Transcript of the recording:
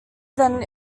than